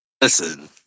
Listen